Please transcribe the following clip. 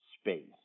space